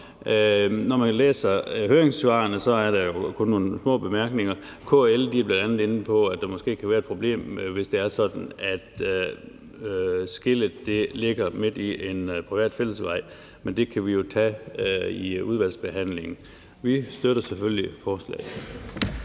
Når man læser høringssvarene, er der kun nogle få bemærkninger. KL er bl.a. inde på, at der måske kan være et problem, hvis det er sådan, at skellet ligger midt i en privat fællesvej, men det kan vi jo tage i udvalgsbehandlingen. Vi støtter selvfølgelig forslaget.